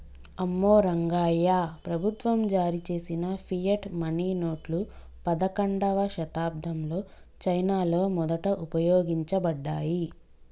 అమ్మో రంగాయ్యా, ప్రభుత్వం జారీ చేసిన ఫియట్ మనీ నోట్లు పదకండవ శతాబ్దంలో చైనాలో మొదట ఉపయోగించబడ్డాయి